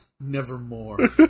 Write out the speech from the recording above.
Nevermore